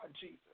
Jesus